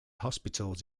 hospitals